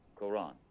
Quran